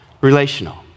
relational